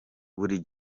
buri